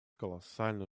колоссальную